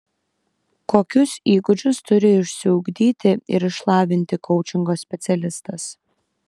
kokius įgūdžius turi išsiugdyti ir išlavinti koučingo specialistas